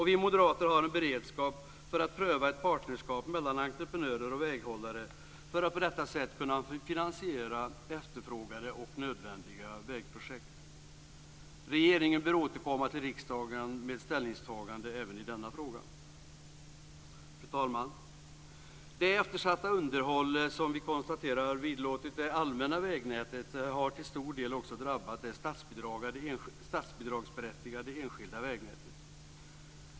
Vi moderater har en beredskap för att pröva ett partnerskap mellan entreprenörer och väghållare för att på detta sätt kunna finansiera efterfrågade och nödvändiga vägprojekt. Regeringen bör återkomma till riksdagen med ett ställningstagande även i denna fråga. Fru talman! Det eftersatta underhåll som vi konstaterar har vidlåtit det allmänna vägnätet har till stor del också drabbat det statsbidragsberättigade enskilda vägnätet.